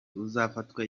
uzafatwa